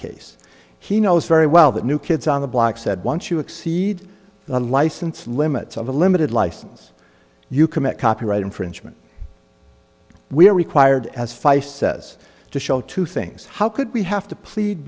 case he knows very well that new kids on the block said once you exceed the license limits of a limited license you commit copyright infringement we are required as feist says to show two things how could we have to plead